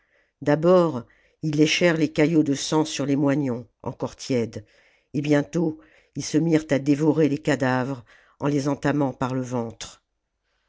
d'abord ils léchèrent les caillots de sang sur les moignons encore tièdes et bientôt ils se mirent à dévorer les cadavres en les entamant par le ventre